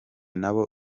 nabo